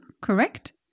correct